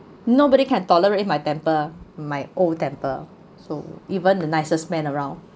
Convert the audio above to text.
nobody can tolerate my temper my old temper so even the nicest men around